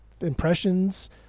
impressions